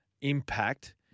impact